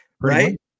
Right